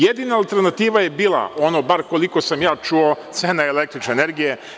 Jedin alternativa je bila, ono bar koliko sam ja čuo, cena električne energije.